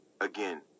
Again